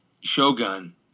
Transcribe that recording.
Shogun